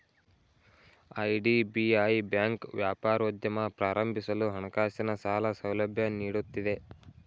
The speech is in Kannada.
ಐ.ಡಿ.ಬಿ.ಐ ಬ್ಯಾಂಕ್ ವ್ಯಾಪಾರೋದ್ಯಮ ಪ್ರಾರಂಭಿಸಲು ಹಣಕಾಸಿನ ಸಾಲ ಸೌಲಭ್ಯ ನೀಡುತ್ತಿದೆ